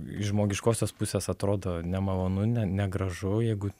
iš žmogiškosios pusės atrodo nemalonu ne negražu jeigu